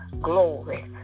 glory